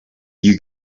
you